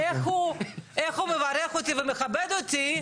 איך הוא מברך אותי ומכבד אותי,